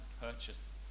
purchase